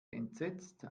entsetzt